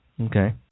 Okay